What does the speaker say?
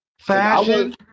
Fashion